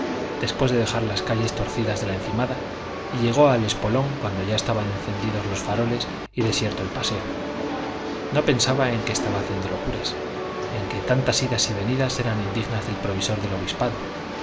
después de dejar las calles torcidas de la encimada y llegó al espolón cuando ya estaban encendidos los faroles y desierto el paseo no pensaba en que estaba haciendo locuras en que tantas idas y venidas eran indignas del provisor del obispado